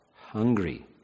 hungry